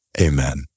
amen